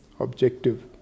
objective